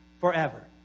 forever